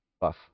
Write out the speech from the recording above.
buff